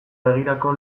begirako